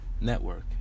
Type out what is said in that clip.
network